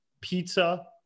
pizza